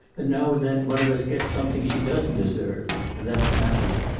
and now and then one of us get's something she doesn't deserve. and that's natalie.